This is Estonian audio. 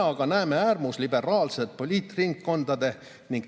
aga näeme äärmusliberaalsete poliitringkondade ning